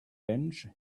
bench